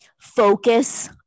Focus